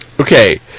Okay